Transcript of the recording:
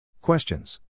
Questions